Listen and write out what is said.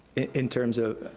in terms of?